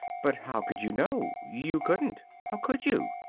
but how could you know? you couldn't! how could you?